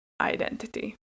identity